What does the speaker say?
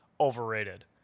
overrated